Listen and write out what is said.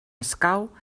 escau